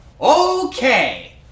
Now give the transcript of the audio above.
Okay